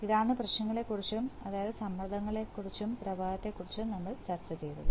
ഇതാണ് പ്രശ്നങ്ങളെ ക്കുറിച്ചും അതായത് സമ്മർദ്ദത്തെക്കുറിച്ചും പ്രവാഹത്തെ ക്കുറിച്ചും നമ്മൾചർച്ചചെയ്തത്